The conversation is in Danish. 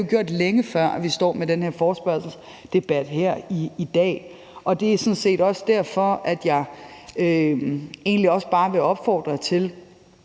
Det har vi jo gjort, længe før vi har stået med den forespørgselsdebat her i dag. Det er derfor, jeg egentlig bare vil opfordre til,